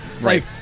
Right